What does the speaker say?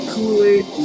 Kool-Aid